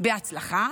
בהצלחה